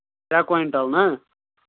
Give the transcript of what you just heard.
ترٛےٚ کویِنٹَل نا